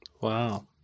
Wow